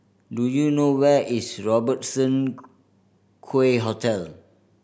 do you know where is Robertson Quay Hotel